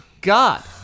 god